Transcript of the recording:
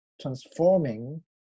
transforming